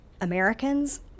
Americans